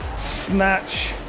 snatch